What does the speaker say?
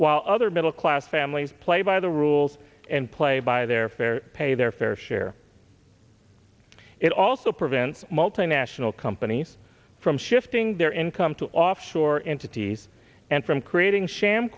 while other middle class families play by the rules and play by their fair pay their fair share it also prevents multinational companies from shifting their income to offshore entities and from creating sham